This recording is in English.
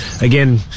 again